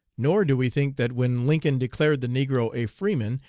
nor do we think that when lincoln declared the negro a freeman,